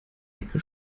ecke